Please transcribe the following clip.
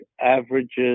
averages